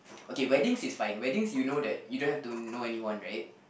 okay weddings is like weddings you know that you don't have to know anyone right